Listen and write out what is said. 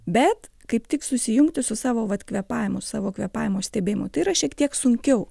bet kaip tik susijungti su savo vat kvėpavimu su savo kvėpavimo stebėjimu tai yra šiek tiek sunkiau